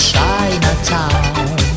Chinatown